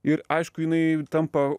ir aišku jinai tampa